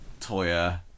Toya